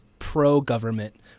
pro-government